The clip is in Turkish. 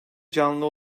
canlı